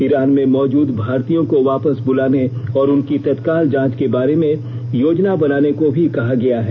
Iran में मौजूद भारतीयों को वापस बुलाने और उनकी तत्काल जांच के बारे में योजना बनाने को भी कहा गया है